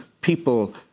people